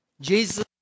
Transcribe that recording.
Jesus